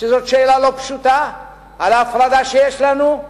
וזאת שאלה לא פשוטה על ההפרדה שיש לנו.